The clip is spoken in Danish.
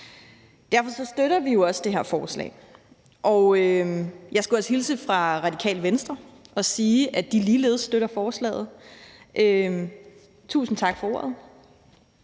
Derfor støtter vi jo også det her forslag. Jeg skulle også hilse fra Radikale Venstre og sige, at de ligeledes støtter forslaget. Tusind tak for ordet.